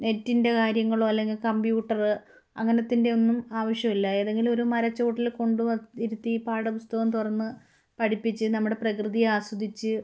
നെറ്റിൻ്റെ കാര്യങ്ങളോ അല്ലെങ്കിൽ കമ്പ്യൂട്ട അങ്ങനത്തിൻ്റെ ഒന്നും ആവശ്യമില്ല ഏതെങ്കിലും ഒരു മരച്ചുവട്ടില് കൊണ്ടിരുത്തി പാഠപുസ്തകം തുറന്നു പഠിപ്പിച്ചു നമ്മുടെ പ്രകൃതി ആസ്വദിച്ച്